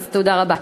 תודה רבה.